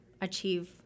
achieve